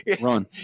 run